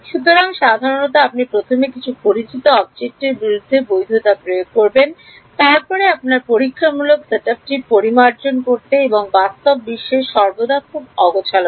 সুতরাং সাধারণত আপনি প্রথমে কিছু পরিচিত অবজেক্টের বিরুদ্ধে বৈধতা প্রয়োগ করবেন তারপরে আপনার পরীক্ষামূলক সেটআপটি পরিমার্জন করতে এবং বাস্তব বিশ্বের সর্বদা খুব অগোছালো থাকে